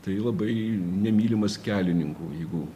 tai labai nemylimas kelininkų jeigu